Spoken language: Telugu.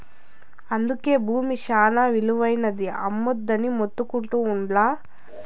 అందుకే బూమి శానా ఇలువైనది, అమ్మొద్దని మొత్తుకుంటా ఉండ్లా